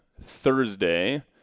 Thursday